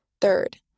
Third